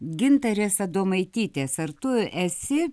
gintarės adomaitytės ar tu esi